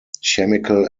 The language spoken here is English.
chemical